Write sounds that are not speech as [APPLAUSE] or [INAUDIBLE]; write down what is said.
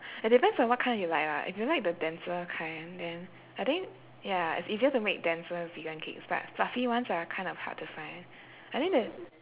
[BREATH] it depends on what kind you like lah if you like the denser kind then I think ya it's easier to make denser vegan cakes but fluffy ones are kind of hard to find I think there